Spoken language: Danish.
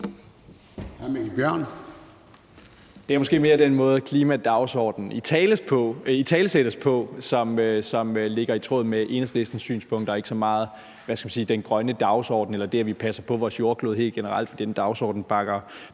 Det er måske mere den måde, klimadagsordenen italesættes på, som ligger i tråd med Enhedslistens synspunkter, og ikke så meget den grønne dagsorden eller det, at vi passer på vores jordklode helt generelt. Den dagsorden bakker